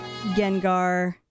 Gengar